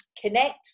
connect